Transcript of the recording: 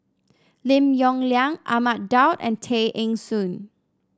Lim Yong Liang Ahmad Daud and Tay Eng Soon